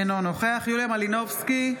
אינו נוכח יוליה מלינובסקי,